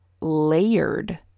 layered